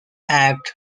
act